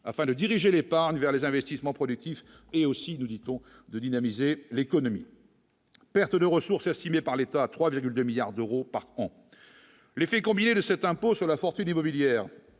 afin de diriger l'épargne vers les investissements productifs et aussi, nous dit-on, de dynamiser l'économie. Perte de ressources estimées par l'État à 3,2 milliards d'euros par an, l'effet combiné de cet impôt sur la fortune immobilière